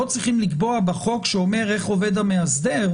צריכים לקבוע בחוק שאומר איך עובד המאסדר,